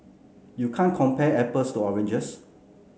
you can't compare apples to oranges